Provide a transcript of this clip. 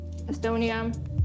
Estonia